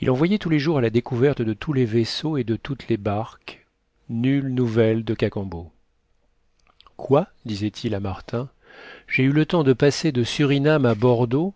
il envoyait tous les jours à la découverte de tous les vaisseaux et de toutes les barques nulles nouvelles de cacambo quoi disait-il à martin j'ai eu le temps de passer de surinam à bordeaux